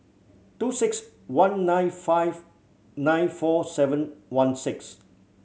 two six one nine five nine four seven one six